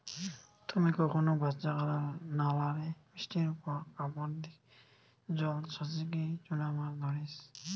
তুমি কখনো বাচ্চাকালে নালা রে বৃষ্টির পর কাপড় দিকি জল ছাচিকি চুনা মাছ ধরিচ?